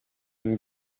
and